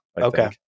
okay